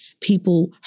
people